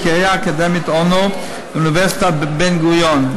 בקריה האקדמית אונו ובאוניברסיטת בן-גוריון.